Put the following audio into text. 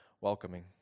welcoming